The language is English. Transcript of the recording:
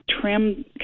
trim